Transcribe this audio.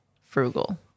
frugal